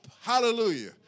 hallelujah